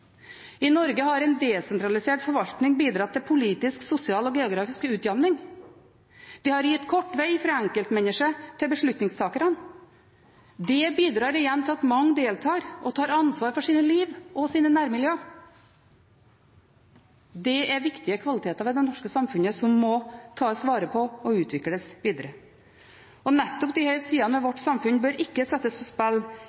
I Norge har en desentralisert forvaltning bidratt til politisk, sosial og geografisk utjamning. Det har gitt kort vei fra enkeltmennesket til beslutningstakerne. Det bidrar igjen til at mange deltar og tar ansvar for sitt liv og sine nærmiljøer. Det er viktige kvaliteter ved det norske samfunnet som må tas vare på og utvikles videre, og nettopp disse sidene ved